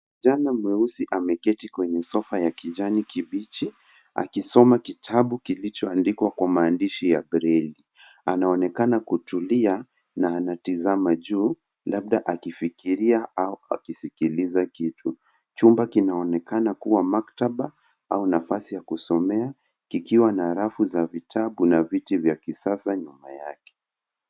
Kijana mweusi ameketi kwenye sofa ya kijani kibichi akisoma kitabu kilichoandikwa kwa maandishi ya breli. Anaonekana kutulia na anatazama juu labda akifikiria au akitazama kitu. Chumba kinaonekana kuwa maktaba au nafasi ya kusomea kikiwa na rafu za vitabu na viti vya kisasa nyuma yake.